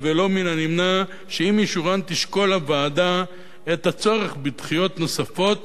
ולא מן הנמנע שעם אישורן תשקול הוועדה את הצורך בדחיות נוספות